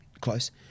close